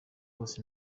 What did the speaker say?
bose